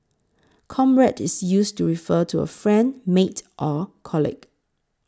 comrade is used to refer to a friend mate or colleague